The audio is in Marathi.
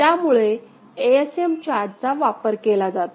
त्यामुळेच ASM चार्टचा वापर केला जातो